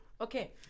okay